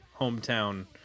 hometown